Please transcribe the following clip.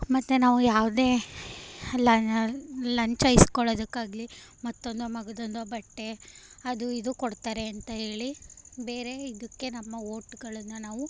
ಮತ್ತು ನಾವು ಯಾವುದೇ ಲಂಚ ಈಸ್ಕೊಳ್ಳೋದಕ್ಕಾಗಲಿ ಮತ್ತೊಂದೋ ಮಗದೊಂದೋ ಬಟ್ಟೆ ಅದು ಇದು ಕೊಡ್ತಾರೆ ಅಂತ ಹೇಳಿ ಬೇರೆ ಇದಕ್ಕೆ ನಮ್ಮ ವೋಟುಗಳನ್ನು ನಾವು